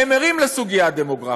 הם ערים לסוגיה הדמוגרפית.